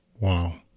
Wow